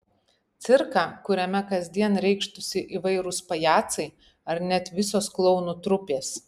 cirką kuriame kasdien reikštųsi įvairūs pajacai ar net visos klounų trupės